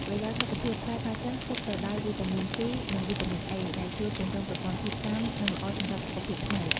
ប្រយោជន៍សុខភាព ផ្លែផាសសិនផ្ទុកទៅដោយ វីតាមីន សុី និង វីតាមីន អេ ដែលជួយពង្រឹងប្រព័ន្ធភាពស៊ាំ និងល្អសម្រាប់សុខភាពភ្នែក។